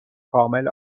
کامل